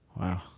wow